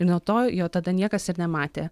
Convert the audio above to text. ir nuo to jo tada niekas ir nematė